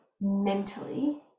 mentally